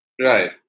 Right